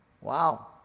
Wow